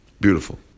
Beautiful